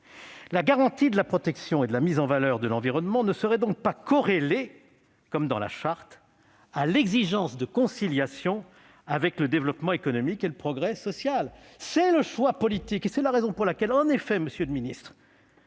La garantie de la protection et de la mise en valeur de l'environnement ne serait donc pas corrélée, comme dans la Charte, à l'exigence de conciliation avec le développement économique et le progrès social. Tel est le choix politique qui est opéré. Et c'est la raison pour laquelle, en effet, monsieur